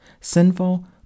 sinful